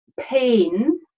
pain